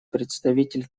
представитель